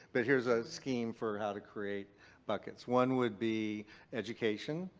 but here's a scheme for how to create buckets. one would be education,